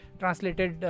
translated